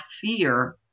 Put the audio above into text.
fear